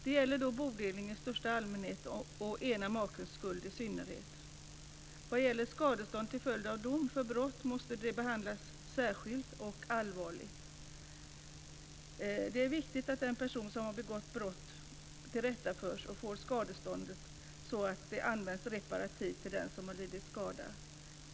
Det gäller bodelning i allmänhet och ena makens skulder i synnerhet. Är det fråga om skadestånd till följd av dom för brott måste det behandlas särskilt och allvarligt. Det är viktigt att den som har begått brott ställs inför rätta och utdöms att betala skadestånd. Skadeståndet ska användas reparativt för den som har lidit skada.